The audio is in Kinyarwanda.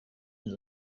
kind